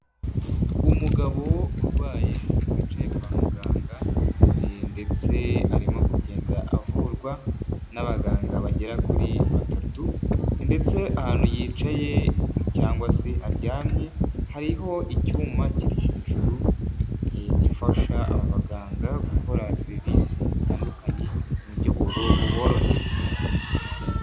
Umugabo urwaye wicaye kwa muganga ndetse arimo kugenda avurwa n'abaganga bagera kuri batatu, ndetse ahantu yicaye cyangwa se aryamye hariho icyuma kiri hejuruye gifasha abaganga gukora serivisi zitandukanye mu buryo bu buboroheye.